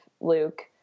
luke